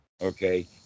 okay